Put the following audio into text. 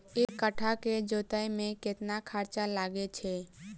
एक कट्ठा केँ जोतय मे कतेक खर्चा लागै छै?